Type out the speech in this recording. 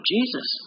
Jesus